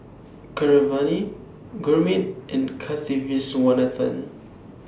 Keeravani Gurmeet and Kasiviswanathan